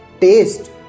taste